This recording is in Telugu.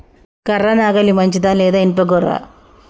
కర్ర నాగలి మంచిదా లేదా? ఇనుప గొర్ర?